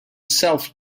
self